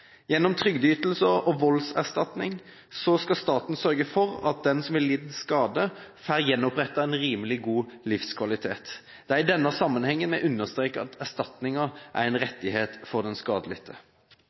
Gjennom trygdeytelser og voldserstatning skal staten sørge for at den som har lidt skade, får gjenopprettet en rimelig god livskvalitet. Det er i denne sammenhengen vi understreker at erstatningen er en